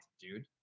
dude